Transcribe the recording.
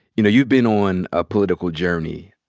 you know you've been on a political journey.